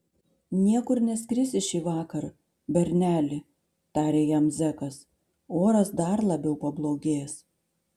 niekur neskrisi šįvakar berneli tarė jam zekas oras dar labiau pablogės